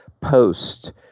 post